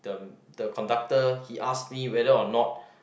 the the conductor he ask me whether or not